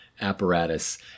apparatus